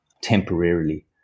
temporarily